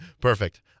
Perfect